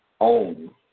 own